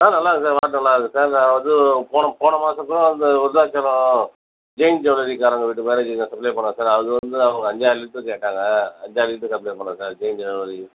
ஆ நல்லாருக்கும் sir water நல்லாருக்கும் sir நான் வந்து போன போன மாதம் கூட வந்து விருதாச்சலம் ஜெயின் ஜுவல்லரிக்காரங்க வீட்டு மேரேஜ்க்கு நாங்கள் சப்ளே பண்ணோம் சார் அது வந்து அவங்க அஞ்சாறு லிட்ரு கேட்டாங்க அஞ்சாறு லிட்ரு சப்ளை பண்ணோம் சார் ஜெயின் ஜுவல்லரி